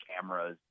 cameras